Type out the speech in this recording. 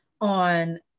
on